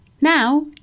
Now